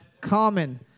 common